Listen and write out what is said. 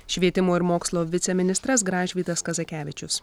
švietimo ir mokslo viceministras gražvydas kazakevičius